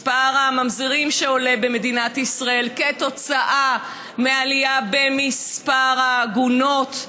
מספר הממזרים שעולה במדינת ישראל בשל העלייה במספר העגונות,